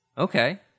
Okay